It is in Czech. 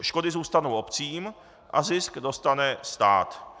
Škody zůstanou obcím a zisk dostane stát.